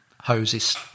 hoses